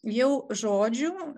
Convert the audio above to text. jau žodžių